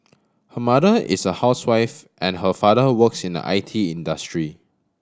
her mother is a housewife and her father works in the I T industry